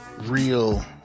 Real